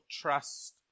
trust